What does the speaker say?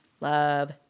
love